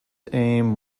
aim